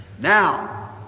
Now